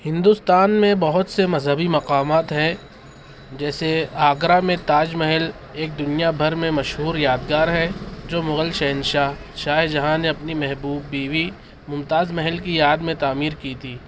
ہندوستان میں بہت سے مذہبی مقامات ہیں جیسے آگرا میں تاج محل ایک دنیا بھر میں مشہور یادگار ہے جو مغل شہنشاہ شاہ جہاں نے اپنی محبوب بیوی ممتاز محل کی یاد میں تعمیر کی تھی